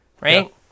right